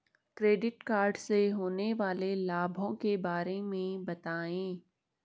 Credit card से होने वाले लाभों के बारे में बताएं?